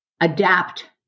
adapt